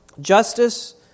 Justice